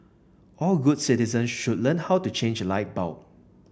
all good citizen should learn how to change a light bulb